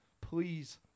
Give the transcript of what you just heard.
please